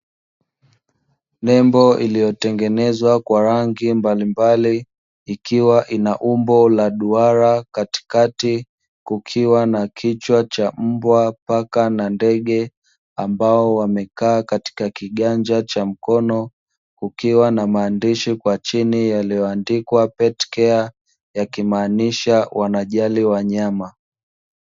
Nembo iliyotengenezwa kwa rangi mbalimbali, ikiwa ina umbo la duara, katikati kukiwa na kichwa cha mbwa, paka na ndege ambao wamekaa katika kiganja cha mkono, kukiwa na maandishi kwa chini yaliyoandikwa "pet care" yakimaanisha wanajali wanyama.